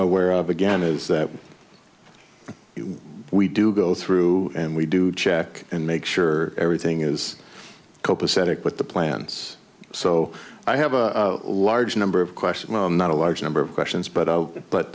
aware of again is that we do go through and we do check and make sure everything is copacetic but the plans so i have a large number of questions not a large number of questions but but